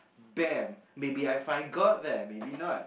!baam! maybe I find god there maybe not